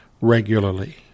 regularly